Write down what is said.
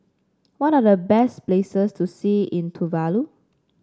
what are the best places to see in Tuvalu